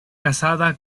casada